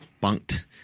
bunked